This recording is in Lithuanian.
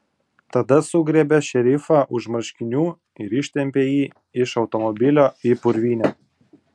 tada sugriebė šerifą už marškinių ir ištempė jį iš automobilio į purvynę